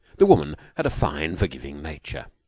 the woman had a fine, forgiving nature.